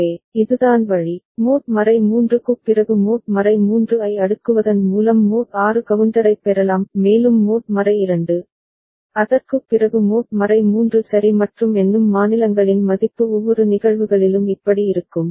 எனவே இதுதான் வழி மோட் 3 க்குப் பிறகு மோட் 3 ஐ அடுக்குவதன் மூலம் மோட் 6 கவுண்டரைப் பெறலாம் மேலும் மோட் 2 அதற்குப் பிறகு மோட் 3 சரி மற்றும் எண்ணும் மாநிலங்களின் மதிப்பு ஒவ்வொரு நிகழ்வுகளிலும் இப்படி இருக்கும்